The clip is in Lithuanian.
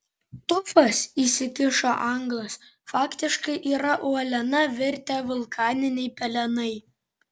tufas įsikišo anglas faktiškai yra uoliena virtę vulkaniniai pelenai